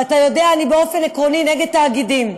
ואתה יודע, אני באופן עקרוני נגד תאגידים,